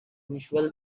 usual